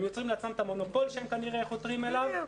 הם יוצרים לעצמם את המונופול שהם כנראה חותרים אליו.